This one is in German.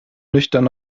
nüchtern